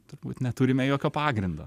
turbūt neturime jokio pagrindo